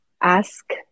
ask